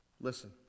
Listen